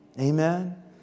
Amen